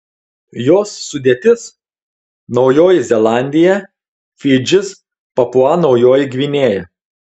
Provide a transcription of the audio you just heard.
jos sudėtis naujoji zelandija fidžis papua naujoji gvinėja